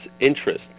interest